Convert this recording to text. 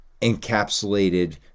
encapsulated